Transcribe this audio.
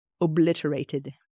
obliterated